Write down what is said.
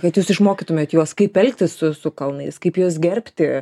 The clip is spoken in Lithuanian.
kad jūs išmokytumėt juos kaip elgtis su su kalnais kaip juos gerbti